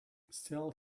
still